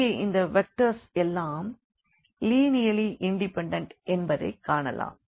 இங்கே இந்த வெக்டர்ஸ் எல்லாம் லீனியர்லி இண்டிபெண்டன்ட் என்பதைக் காணலாம்